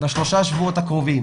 מאמין שבשלושת השבועות הקרובים